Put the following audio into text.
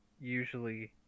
usually